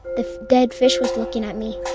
the dead fish was looking at me.